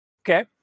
Okay